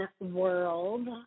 world